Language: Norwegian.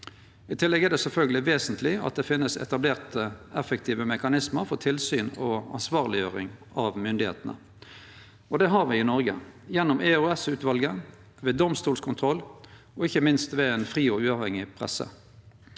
I tillegg er det sjølvsagt vesentleg at det finst etablerte, effektive mekanismar for tilsyn og ansvarleggjering av myndigheitene. Det har me i Noreg gjennom EOS-utvalet, ved domstolskontroll og ikkje minst ved ei fri og uavhengig presse.